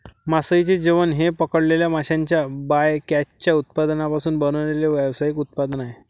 मासळीचे जेवण हे पकडलेल्या माशांच्या बायकॅचच्या उत्पादनांपासून बनवलेले व्यावसायिक उत्पादन आहे